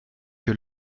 que